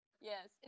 yes